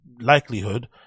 likelihood